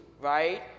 right